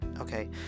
Okay